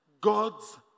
God's